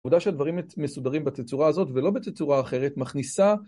העובדה שהדברים מסודרים בתצורה הזאת ולא בתצורה אחרת מכניסה